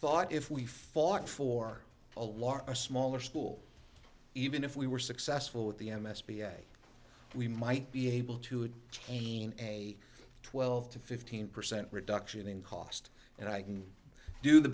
thought if we fought for a larger smaller school even if we were successful with the m s p we might be able to would mean a twelve to fifteen percent reduction in cost and i can do the